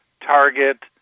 target